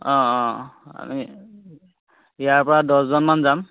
অঁ অঁ আমি ইয়াৰ পৰা দহজনমান যাম